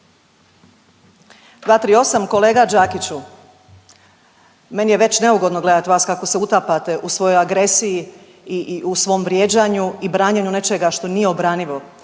238., kolega Đakiću meni je već neugodno gledati vas kako se utapate u svojoj agresiji i u svom vrijeđanju i branjenju nečega što nije obranjivo.